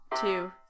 two